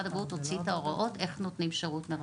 הבריאות הוציא את ההוראות איך נותנים שירות מרחוק.